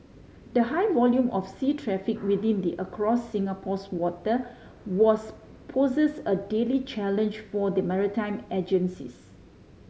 the high volume of sea traffic within it across Singapore's water was poses a daily challenge for the maritime agencies